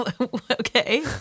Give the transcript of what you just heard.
Okay